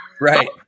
Right